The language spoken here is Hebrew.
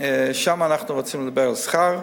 שם אנחנו רוצים לדבר על שכר,